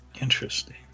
Interesting